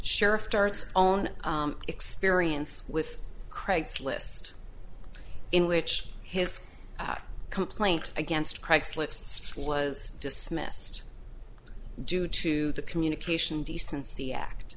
sheriff starts own experience with craigslist in which his complaint against craigslist was dismissed due to the communication decency act